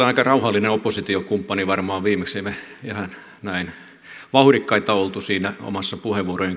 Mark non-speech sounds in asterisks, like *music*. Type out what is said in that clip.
*unintelligible* aika rauhallinen oppositiokumppani varmaan viimeksi ei ihan näin vauhdikkaita oltu siinä omassa puheenvuorojen *unintelligible*